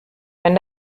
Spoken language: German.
wenn